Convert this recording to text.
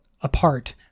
apart